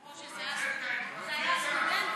זה היה סטודנט?